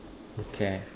okay